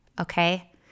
okay